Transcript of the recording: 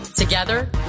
Together